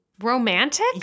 Romantic